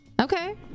Okay